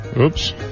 Oops